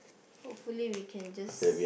hopefully we can just